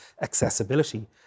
accessibility